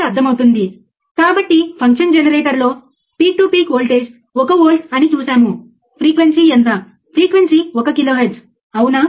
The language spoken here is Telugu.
అది తెలుసుకోవటానికి మనం ఫ్రీక్వెన్సీని పెంచుతూ ఉంటే ఫ్రీక్వెన్సీని పెంచుకుంటూనే ఉంటాం సరియైనదా